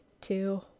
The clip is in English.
two